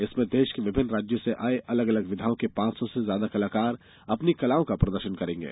इसमें देश के विभिन्न राज्यों से आए अलग अलग विधाओं के पांच सौ से अधिक कलाकार अपनी कलाओं का प्रदर्शन करेंगे